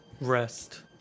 Rest